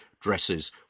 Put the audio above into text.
dresses